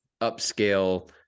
upscale